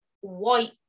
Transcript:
white